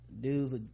dudes